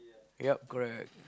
ya correct